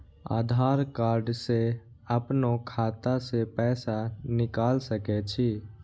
आधार कार्ड से अपनो खाता से पैसा निकाल सके छी?